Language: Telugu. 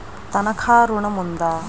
తనఖా ఋణం ఉందా?